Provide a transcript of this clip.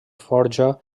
forja